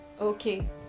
Okay